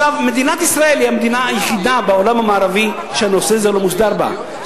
מדינת ישראל היא המדינה היחידה בעולם המערבי שהנושא הזה לא מוסדר בה.